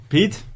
Pete